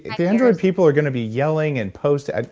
the android people are going to be yelling and posting. ah